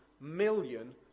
million